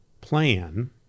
plan